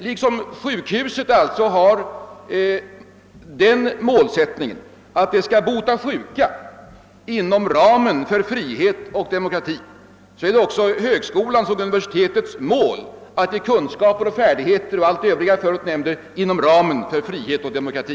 — Liksom sjukhuset alltså har målsättningen att bota sjuka inom ramen för frihet och demokrati är det högskolans och universitetets mål att ge kunskap och färdigheter inom ramen för frihet och demokrati.